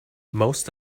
most